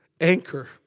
anchor